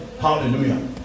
Hallelujah